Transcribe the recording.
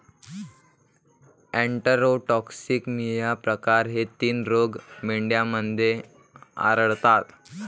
enterotoxaemia प्रकार हे तीन रोग मेंढ्यांमध्ये आढळतात